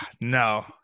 no